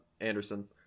Anderson